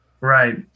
right